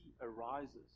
arises